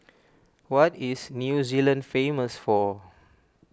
what is New Zealand famous for